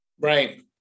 Right